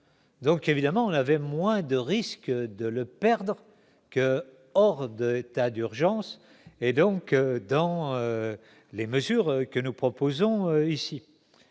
Donc évidemment, avait moins de risque de le perdre que hors de, état d'urgence et donc dans les mesures que nous proposons ici